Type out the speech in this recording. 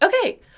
Okay